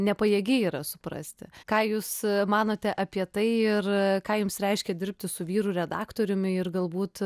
nepajėgi yra suprasti ką jūs manote apie tai ir ką jums reiškia dirbti su vyru redaktoriumi ir galbūt